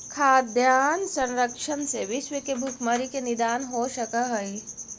खाद्यान्न संरक्षण से विश्व के भुखमरी के निदान हो सकऽ हइ